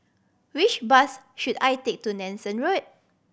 which bus should I take to Nanson Road